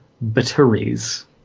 batteries